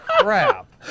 crap